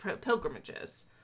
pilgrimages